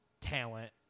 talent